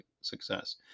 success